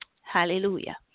Hallelujah